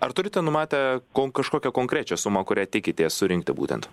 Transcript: ar turite numatę kon kažkokią konkrečią sumą kurią tikitės surinkti būtent